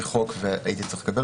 לפקוע, או משהו אחר מגיע